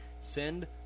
send